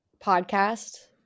podcast